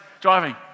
driving